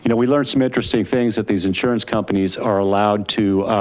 you know we learned some interesting things that these insurance companies are allowed to